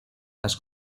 las